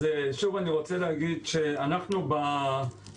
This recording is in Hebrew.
אז שוב אני רוצה להגיד שאנחנו לפחות